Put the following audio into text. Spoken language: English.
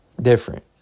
different